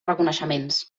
reconeixements